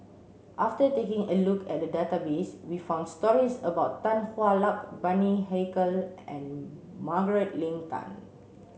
after taking a look at the database we found stories about Tan Hwa Luck Bani Haykal and Margaret Leng Tan